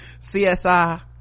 CSI